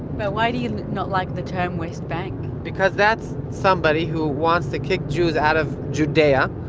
but why do you not like the term west bank? because that's somebody who wants to kick jews out of judea,